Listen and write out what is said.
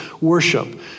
worship